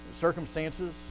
circumstances